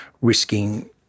risking